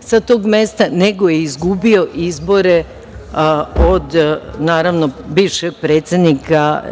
sa tog mesta, nego je izgubio izbore od bivšeg predsednika